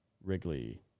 Wrigley